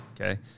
okay